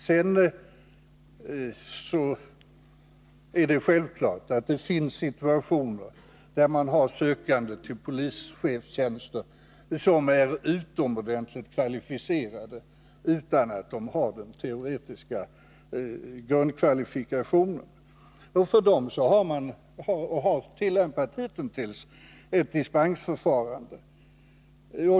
Sedan är det självklart att det finns situationer där man har sökande till polischefstjänster som är utomordenligt kvalificerade utan att de har den teoretiska grundkvalifikationen. I dessa fall har man hittills tillämpat ett dispensförfarånde.